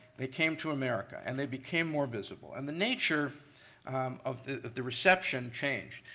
they came to america, and they became more visible. and the nature of the the reception changed.